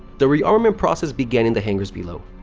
the rearming process began in the hangars below.